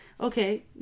okay